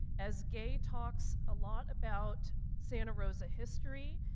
as gaye talks a lot about santa rosa history,